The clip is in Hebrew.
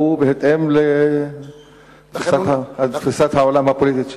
והוא בהתאם לתפיסת העולם הפוליטית שלי.